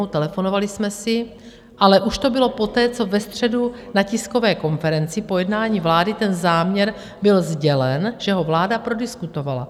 Telefonovali jsme si, ale už to bylo poté, co ve středu na tiskové konferenci po jednání vlády ten záměr byl sdělen, že ho vláda prodiskutovala.